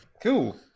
Cool